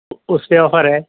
اس پہ آفر ہے